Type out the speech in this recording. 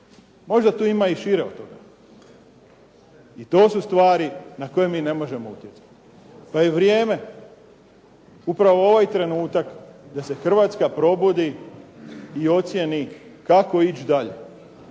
Možda tu ima i šire od toga i to su stvari na koje mi ne možemo utjecati. A i vrijeme, upravo ovaj trenutak da se Hrvatska probudi i ocjeni kako ići dalje.